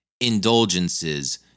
indulgences